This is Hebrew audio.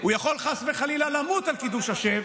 הוא יכול חס וחלילה למות על קידוש השם,